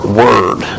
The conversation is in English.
word